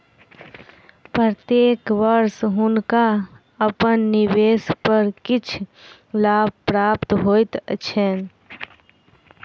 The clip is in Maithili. प्रत्येक वर्ष हुनका अपन निवेश पर किछ लाभ प्राप्त होइत छैन